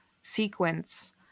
sequence